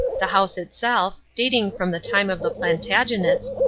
the house itself, dating from the time of the plantagenets,